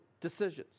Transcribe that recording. decisions